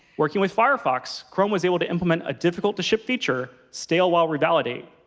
working with firefox, chrome was able to implement a difficult-to-ship feature, stale-while-revalidate,